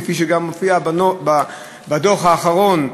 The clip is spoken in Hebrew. כפי שגם מופיע בדוח האחרון,